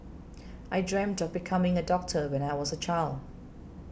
I dreamt of becoming a doctor when I was a child